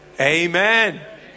Amen